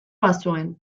bazuen